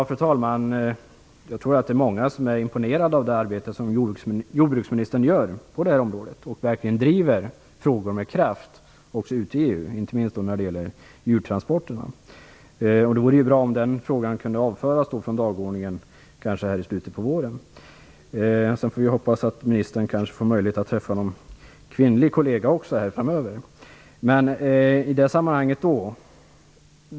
Fru talman! Jag tror att många är imponerade av det arbete som jordbruksministern gör på det här området. Hon driver verkligen frågorna med kraft också ute i EU, inte minst när det gäller djurtransporterna. Det vore bra om den frågan eventuellt kunde avföras från dagordningen i slutet på våren. Vi får också hoppas att ministern får möjlighet att träffa också någon kvinnlig kollega framöver.